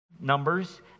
numbers